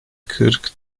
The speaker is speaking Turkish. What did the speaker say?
kırk